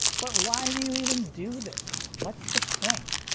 but why do you even do this? what's the point?